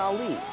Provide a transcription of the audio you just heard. Ali